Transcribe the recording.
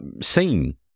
seen